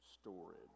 storage